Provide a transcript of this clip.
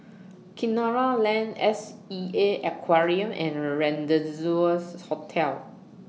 Kinara Lane S E A Aquarium and Rendezvous Hotel